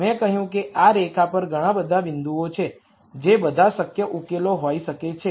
મેં કહ્યું કે આ રેખા પર ઘણા બધા બિંદુ છે જે બધા શક્ય સોલ્યુશન હોઈ શકે છે